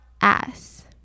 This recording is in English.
ass